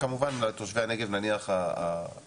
כמובן על תושבי הנגב נניח הערביים,